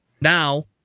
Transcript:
Now